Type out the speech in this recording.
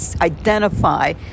identify